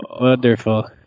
Wonderful